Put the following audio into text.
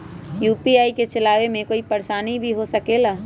UPI के चलावे मे कोई परेशानी भी हो सकेला?